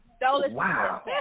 Wow